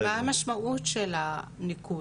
מה המשמעות של הניקוד?